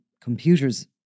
computers